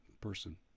person